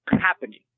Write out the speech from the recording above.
happening